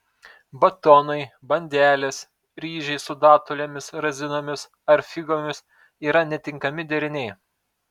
batonai bandelės ryžiai su datulėmis razinomis ar figomis yra netinkami deriniai